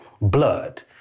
blood